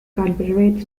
confederate